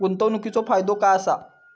गुंतवणीचो फायदो काय असा?